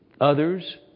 Others